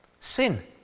Sin